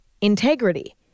integrity